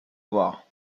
voir